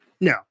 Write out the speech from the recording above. No